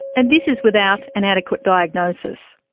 and this is without an adequate diagnosis.